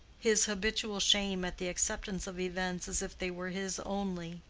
his habitual shame at the acceptance of events as if they were his only,